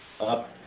up